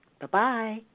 Bye-bye